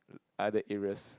other areas